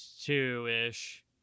two-ish